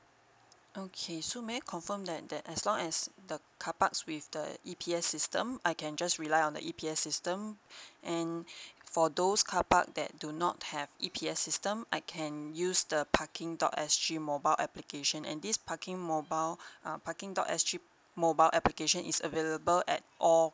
okay so may I confirm that the as long as the car parks with the E_P_S system I can just rely on the E_P_S system and for those car park that do not have E_P_S system I can use the parking dot S_G mobile application and this parking mobile err parking dot S_G mobile application is available at all